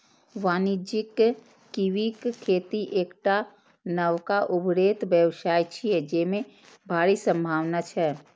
वाणिज्यिक कीवीक खेती एकटा नबका उभरैत व्यवसाय छियै, जेमे भारी संभावना छै